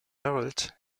herald